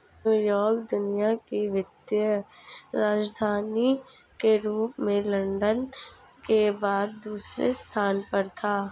New York दुनिया की वित्तीय राजधानी के रूप में लंदन के बाद दूसरे स्थान पर था